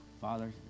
Father